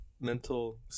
mental